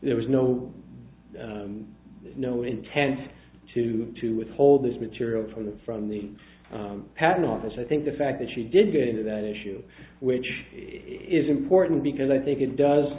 there was no and no intent to to withhold this material from the from the patent office i think the fact that she didn't get into that issue which is important because i think it does